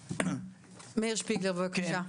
מאיר שפיגלר, בבקשה.